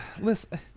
listen